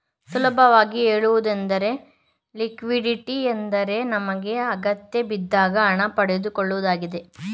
ಸುಲಭವಾಗಿ ಹೇಳುವುದೆಂದರೆ ಲಿಕ್ವಿಡಿಟಿ ಎಂದರೆ ನಮಗೆ ಅಗತ್ಯಬಿದ್ದಾಗ ಹಣ ಪಡೆಯುವುದಾಗಿದೆ